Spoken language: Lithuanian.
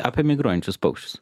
apie migruojančius paukščius